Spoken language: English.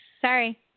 Sorry